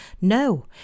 No